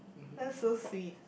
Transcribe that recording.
that's so sweet